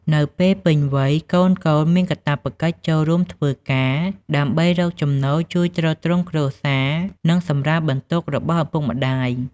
នៅពេលពេញវ័យ កូនៗមានកាតព្វកិច្ច ចូលរួមធ្វើការងារ ដើម្បីរកចំណូលជួយទ្រទ្រង់គ្រួសារ និងសម្រាលបន្ទុករបស់ឪពុកម្ដាយ។